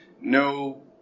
No